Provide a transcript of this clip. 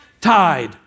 tide